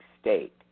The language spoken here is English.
state